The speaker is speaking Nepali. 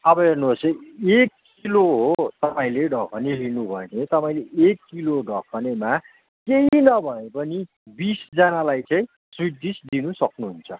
अब हेर्नुहोस् है एक किलो हो तपाईँले ढकने लिनुभयो भने तपाईँले एक किलो ढकनेमा केही नभए पनि बिसजनालाई चाहिँ स्विटडिस दिनसक्नु हुन्छ